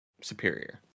superior